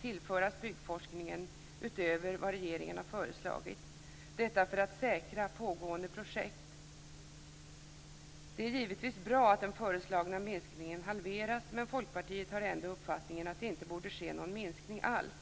tillföras byggforskningen utöver vad regeringen har föreslagit, detta för att säkra pågående projekt. Det är givetvis bra att den föreslagna minskningen halveras, men Folkpartiet har ändå uppfattningen att det inte borde ske någon minskning alls.